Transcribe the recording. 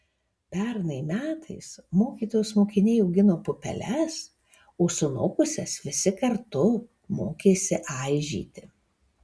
pernai metais mokytojos mokiniai augino pupeles o sunokusias visi kartu mokėsi aižyti